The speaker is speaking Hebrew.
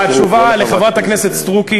התשובה שלך רק היא לחברת הכנסת סטרוק,